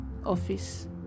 Office